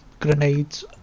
Grenades